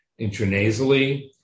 intranasally